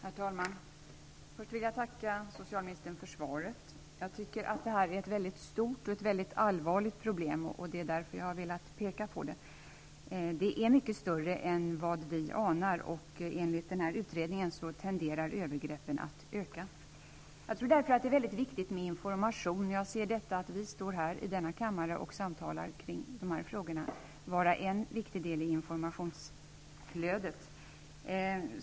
Herr talman! Först vill jag tacka socialministern för svaret. Jag tycker att det här är ett väldigt stort och allvarligt problem, och det är därför jag har velat peka på det. Det är mycket större än vad vi anar. Enligt utredningen tenderar dessa övergrepp att öka. Jag tror därför att det är väldigt viktigt med information. Jag ser detta att vi i denna kammare samtalar om dessa frågor som en viktig del i informationsflödet.